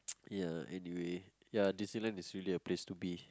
ya anyway ya New Zealand is really a place to be